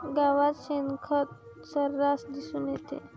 गावात शेणखत सर्रास दिसून येते